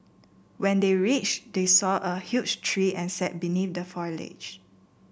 when they reached they saw a huge tree and sat beneath the foliage